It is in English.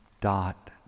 dot